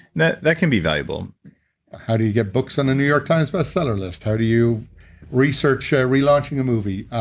that that can be valuable how do you get books on the new york times bestseller list? how do you research relaunching a movie?